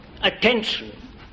attention